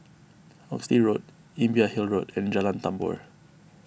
Oxley Road Imbiah Hill Road and Jalan Tambur